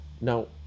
Now